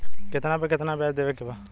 कितना पे कितना व्याज देवे के बा?